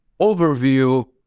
overview